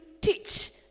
teach